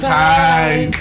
time